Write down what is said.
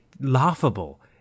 laughable